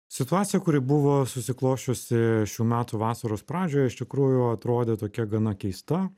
situacija kuri buvo susiklosčiusi šių metų vasaros pradžioje iš tikrųjų atrodė tokia gana keista